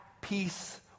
peace